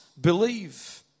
believe